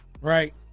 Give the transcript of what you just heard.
right